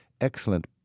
excellent